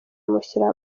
amushyira